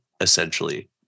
essentially